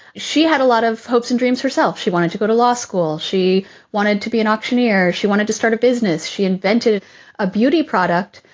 she had a lot of hopes and dreams herself. she wanted to go to law school. she wanted to be an auctioneer. she wanted to start a business. she invented a beauty product.